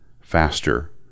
faster